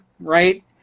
Right